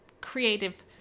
creative